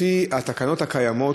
לפי התקנות הקיימות,